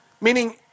Meaning